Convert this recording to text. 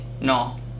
no